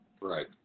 Right